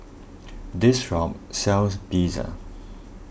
this shop sells Pizza